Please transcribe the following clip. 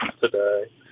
today